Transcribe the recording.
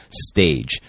stage